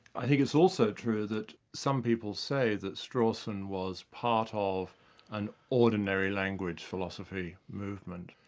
i think it's also true that some people say that strawson was part ah of an ordinary language philosophy movement,